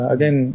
Again